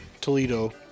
Toledo